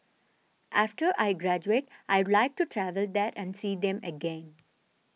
after I graduate I'd like to travel there and see them again